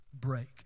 break